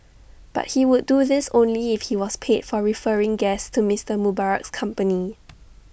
but he would do this only if he was paid for referring guests to Mister Mubarak's company